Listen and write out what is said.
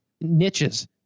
niches